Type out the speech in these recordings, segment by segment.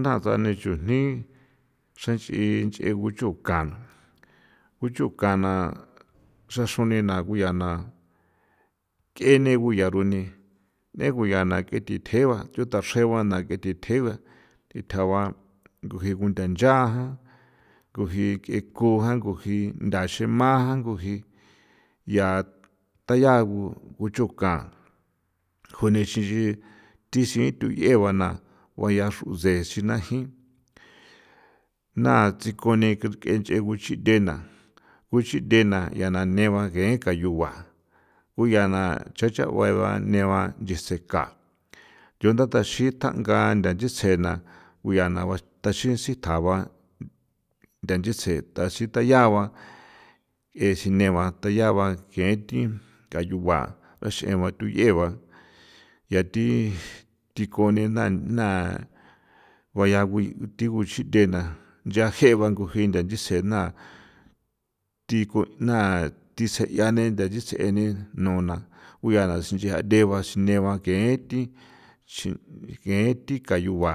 Ntha tjsa ni chujni xranxi nchee uchuka uchuka na xra chruni nga na ke nee ko yaa nenu yaa tsje ba ditjaa ba jee ko ntha ncha kuji ko the xema jma yaa dayaa kuchuka kunixi thisin thuyee ba u ya xra tsjexina naa tsinguni ke nchee kuxithena neba kain ka yua ko yaa na neeba nchise ka xiuntha thaxin jeena tachri u tjaba nthachisen tachri teyagua ba ke sine ba theyaba jee thi yua ya thi dinkuni theba náa juayaba thi xithena ncha jeeba thi ji nthanchise na sine ba kee thi ka yua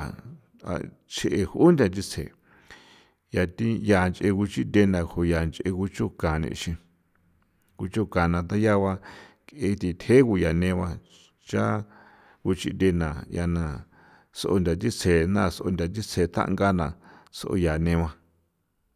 jée júu ntha nchistje ncha ngee nchithe na ju kuchuka theyaba kee thi ditjeba ya thi neeba kuxin thena sao ntha thi seena tjanga na kuyaa neeba.